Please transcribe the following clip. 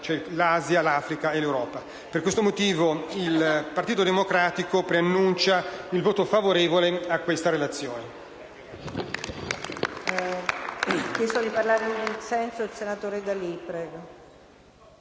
l'Asia, l'Africa e l'Europa. Per questo motivo il Partito Democratico dichiara il voto favorevole a questa risoluzione